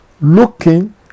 looking